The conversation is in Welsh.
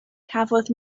cafodd